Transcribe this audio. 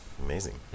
amazing